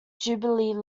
jubilee